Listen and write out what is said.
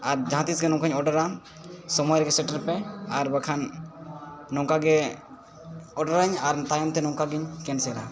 ᱟᱨ ᱡᱟᱦᱟᱸᱛᱤᱥᱜᱮ ᱱᱚᱝᱠᱟᱧ ᱚᱰᱟᱨᱟ ᱥᱚᱢᱚᱭᱨᱮᱜᱮ ᱥᱮᱴᱮᱨᱯᱮ ᱟᱨᱵᱟᱠᱷᱟᱱ ᱱᱚᱝᱠᱟᱜᱮ ᱚᱰᱟᱨᱟᱹᱧ ᱟᱨ ᱛᱟᱭᱚᱢᱛᱮ ᱱᱚᱝᱠᱟᱜᱤᱧ ᱠᱮᱱᱥᱮᱞᱟ